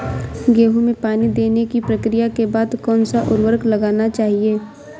गेहूँ में पानी देने की प्रक्रिया के बाद कौन सा उर्वरक लगाना चाहिए?